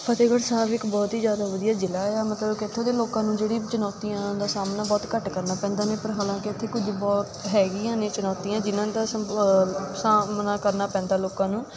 ਫਤਿਹਗੜ੍ਹ ਸਾਹਿਬ ਇੱਕ ਬਹੁਤ ਹੀ ਜ਼ਿਆਦਾ ਵਧੀਆ ਜ਼ਿਲ੍ਹਾ ਆ ਮਤਲਬ ਕਿ ਇੱਥੋਂ ਦੇ ਲੋਕਾਂ ਨੂੰ ਜਿਹੜੀਆਂ ਚੁਣੌਤੀਆਂ ਦਾ ਸਾਹਮਣਾ ਬਹੁਤ ਘੱਟ ਕਰਨਾ ਪੈਂਦਾ ਨੇ ਪਰ ਹਾਲਾਂਕਿ ਇੱਥੇ ਕੁਝ ਬਹੁਤ ਹੈਗੀਆਂ ਨੇ ਚੁਣੌਤੀਆਂ ਜਿਨ੍ਹਾਂ ਦਾ ਸੰਬ ਸਾਹਮਣਾ ਕਰਨਾ ਪੈਂਦਾ ਲੋਕਾਂ ਨੂੰ